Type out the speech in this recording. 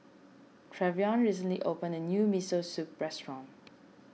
Trevion recently opened a new Miso Soup restaurant